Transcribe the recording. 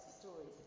stories